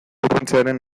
urruntzearen